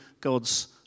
God's